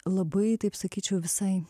labai taip sakyčiau visai